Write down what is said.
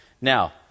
now